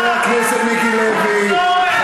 חבר הכנסת מיקי לוי,